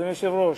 אדוני היושב-ראש,